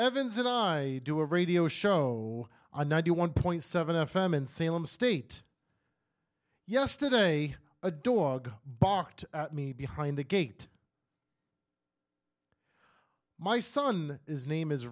evans and i do a radio show on ninety one point seven f m in salem state yesterday a dog barked at me behind the gate my son is name is